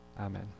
amen